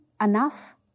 enough